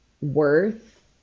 worth